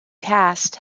cast